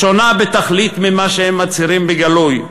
השונה בתכלית ממה שהם מצהירים בגלוי.